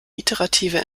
iterative